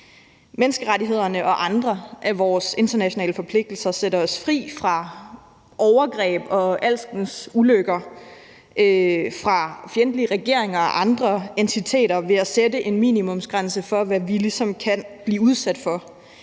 Menneskerettighederne og andre af vores internationale forpligtelser sætter os fri fra overgreb og alskens ulykker og fra fjendtlige regeringer og andre entiteter ved at sætte en minimumsgrænse for, hvad vi ligesom kan blive udsat for